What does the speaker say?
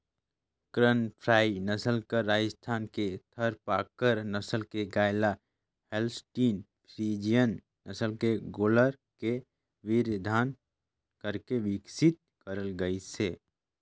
करन फ्राई नसल ल राजस्थान के थारपारकर नसल के गाय ल होल्सटीन फ्रीजियन नसल के गोल्लर के वीर्यधान करके बिकसित करल गईसे